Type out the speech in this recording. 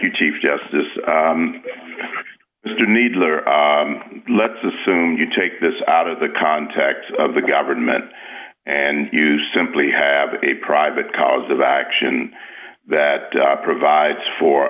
you chief justice mr kneedler let's assume you take this out of the context of the government and you simply have a private cause of action that provides for